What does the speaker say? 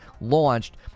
launched